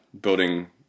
building